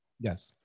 Yes